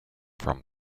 from